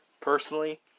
personally